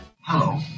Hello